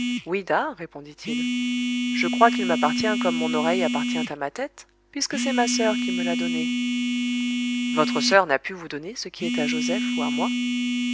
répondit-il je crois qu'il m'appartient comme mon oreille appartient à ma tête puisque c'est ma soeur qui me l'a donné votre soeur n'a pu vous donner ce qui est à joseph ou à moi